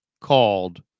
called